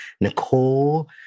Nicole